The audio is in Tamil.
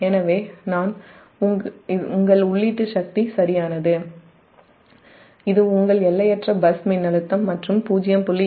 எனவே 1 உங்கள் உள்ளீட்டு சக்தி சரியானது இது உங்கள் எல்லையற்ற பஸ் மின்னழுத்தம் மற்றும் 0